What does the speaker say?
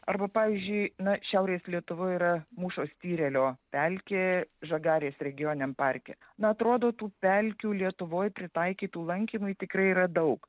arba pavyzdžiui na šiaurės lietuvoj yra mūšos tyrelio pelkė žagarės regioniniam parke na atrodo tų pelkių lietuvoj pritaikytų lankymui tikrai yra daug